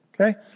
okay